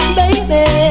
baby